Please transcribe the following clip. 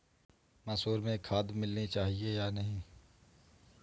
मसूर में खाद मिलनी चाहिए या नहीं?